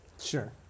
sure